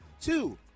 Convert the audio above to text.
two